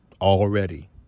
already